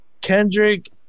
Kendrick